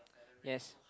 yes